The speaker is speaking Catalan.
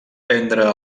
prendre